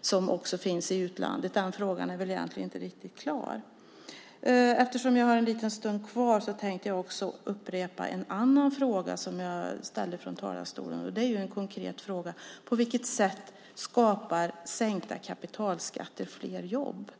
som också finns i utlandet, med att byta fastigheter. Den frågan är väl egentligen inte riktigt klar. Eftersom jag har en liten stund kvar tänkte jag också upprepa en annan fråga som jag ställde från talarstolen. Det är en konkret fråga: På vilket sätt skapar sänkta kapitalskatter fler jobb?